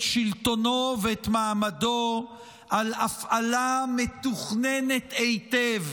שלטונו ואת מעמדו על הפעלה מתוכננת היטב